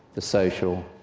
the social,